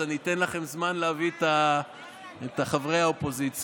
אז אני אתן לכם זמן להביא את חברי האופוזיציה.